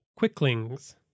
quicklings